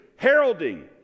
heralding